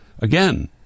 again